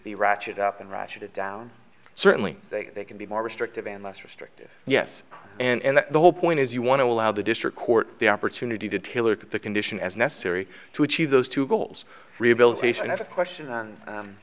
be ratchet up and ratchet it down certainly they can be more restrictive and less restrictive yes and the whole point is you want to allow the district court the opportunity to tailor the condition as necessary to achieve those two goals rehabilitation of a question